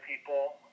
people